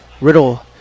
Riddle